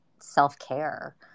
self-care